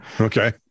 Okay